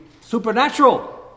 supernatural